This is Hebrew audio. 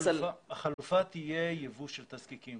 החלופה תהיה יבוא של תזקיקים.